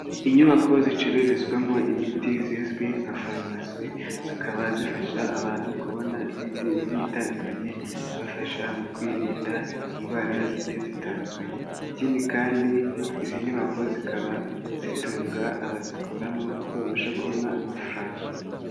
Inyubako zicururizwamo imiti zizwi nka farumasi, zikaba zifasha abantu kubona imiti igiye itandukanye, ibafasha mu kwirinda indwara zigiye zitandukanye. Ikindi kandi izi nyubako zikaba zitunga abazikoramo kuko babasha kubona amafaranga.